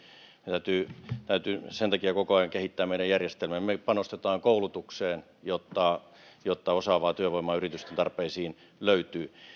täytyy täytyy sen takia koko ajan kehittää meidän järjestelmiämme me panostamme koulutukseen jotta jotta osaavaa työvoimaa yritysten tarpeisiin löytyy